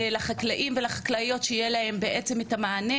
לחקלאים ולחקלאיות שיהיה את המענה,